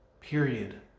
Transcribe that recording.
period